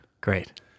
great